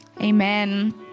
Amen